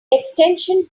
extension